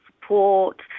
support